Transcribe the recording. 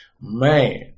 Man